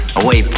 away